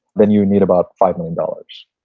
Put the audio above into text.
then you need about five million dollars.